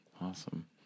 Awesome